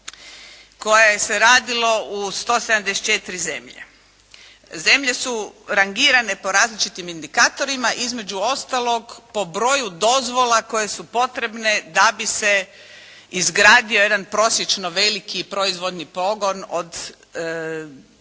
koje se radilo u 174 zemlje. Zemlje su rangirane po različitim indikatorima, između ostalog po broju dozvola koje su potrebne da bi se izgrdio jedan prosječno veliki proizvodni pogon od 2